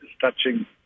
touching